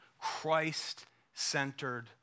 Christ-centered